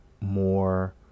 more